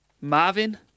Marvin